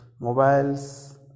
mobiles